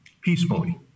peacefully